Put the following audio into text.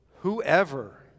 Whoever